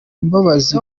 mbabazi